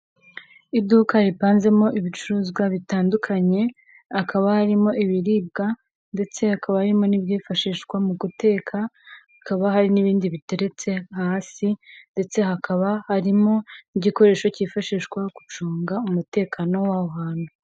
Iduka ripanzemo ibicuruzwa bitandukanye hakaba harimo ibiribwa ndetse hakaba harimo n'ibyifashishwa mu guteka hakaba hari n'ibindi biteretse hasi ndetse hakaba harimo igikoresho kifashishwa gucunga umutekano w'aho hantu.